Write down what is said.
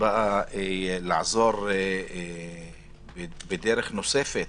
באה לעזור בדרך נוספת